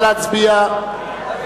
נא להצביע.